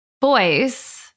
boys